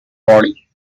body